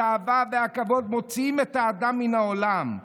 התאווה והכבוד מוציאים את האדם מן העולם.